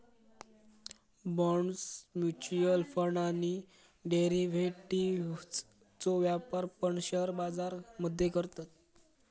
bonds, mutual fund आणि डेरिव्हेटिव्ह्जचो व्यापार पण शेअर बाजार मध्ये करतत